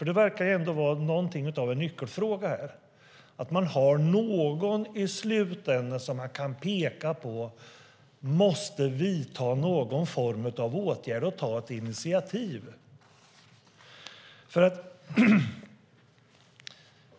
Det verkar vara en nyckelfråga att man har någon som man i slutändan kan peka på och som måste vidta någon form av åtgärd och ta ett initiativ.